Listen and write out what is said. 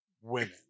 women